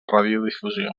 radiodifusió